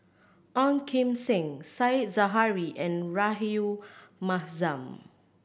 Ong Kim Seng Said Zahari and Rahayu Mahzam